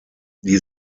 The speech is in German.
die